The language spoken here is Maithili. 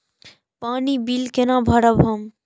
पानी बील केना भरब हम?